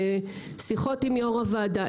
בשיחות עם יו"ר הוועדה,